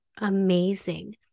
amazing